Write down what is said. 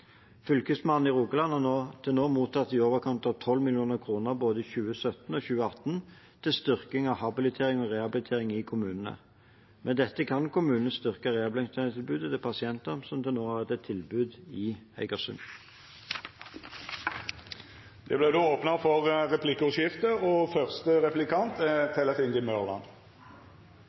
Fylkesmannen i Rogaland har til nå mottatt i overkant av 12 mill. kr både i 2017 og i 2018 til styrking av habilitering og rehabilitering i kommunene. Med dette kan kommunene styrke rehabiliteringstilbudet til pasientene som til nå har hatt et tilbud i Egersund. Det vert replikkordskifte. Ifølge Helsedirektoratet mottar stadig færre rehabilitering gjennom spesialisthelsetjenesten, mens det er